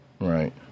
right